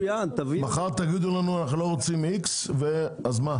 מחר תגידו לנו שאתם לא רוצים איקס, אז מה?